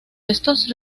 estos